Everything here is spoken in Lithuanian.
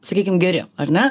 sakykim geri ar ne